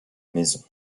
maison